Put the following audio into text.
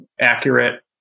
accurate